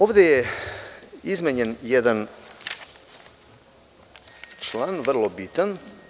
Ovde je izmenjen jedan član, vrlo bitan.